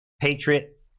patriot